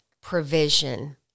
provision